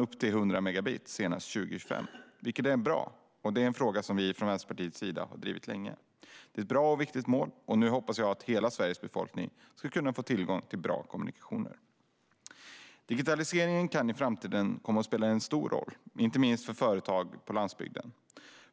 upp till 100 megabit per sekund senast år 2025, vilket är bra. Det är också en fråga som Vänsterpartiet har drivit länge. Detta är ett bra och viktigt mål, och jag hoppas nu att hela Sveriges befolkning ska kunna få tillgång till bra kommunikationer. Digitaliseringen kan i framtiden komma att spela stor roll, inte minst för företag på landsbygden.